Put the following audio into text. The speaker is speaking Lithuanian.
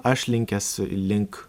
aš linkęs link